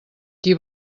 qui